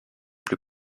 plus